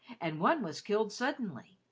and one was killed suddenly.